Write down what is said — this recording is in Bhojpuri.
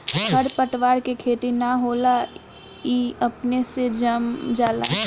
खर पतवार के खेती ना होला ई अपने से जाम जाला